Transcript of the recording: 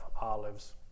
olives